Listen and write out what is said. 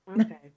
Okay